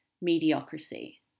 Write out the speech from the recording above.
mediocrity